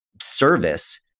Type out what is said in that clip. service